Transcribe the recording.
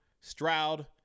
Stroud